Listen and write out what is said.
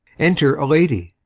enter a lady